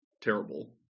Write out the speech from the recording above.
terrible